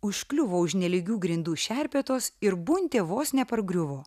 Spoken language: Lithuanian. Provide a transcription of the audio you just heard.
užkliuvo už nelygių grindų šerpetos ir buntė vos nepargriuvo